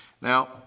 now